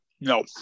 No